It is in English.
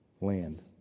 land